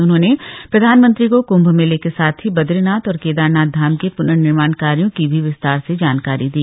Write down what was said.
उन्होंने प्रधानमंत्री को कुम्भ मेले के साथ ही बदरीनाथ और केदारनाथ धाम के प्नर्निर्माण कार्यों की भी विस्तार से जानकारी दी